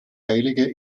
heilige